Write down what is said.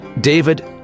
David